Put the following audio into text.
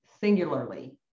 singularly